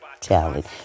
talent